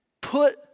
put